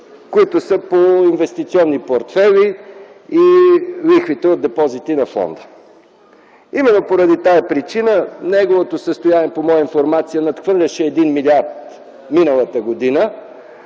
сумите по инвестиционни портфейли и лихвите от депозити на фонда. Именно поради тая причина неговото състояние, по моя информация, надхвърляше 1 милиард миналата година.